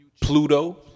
Pluto